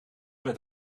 met